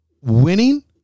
winning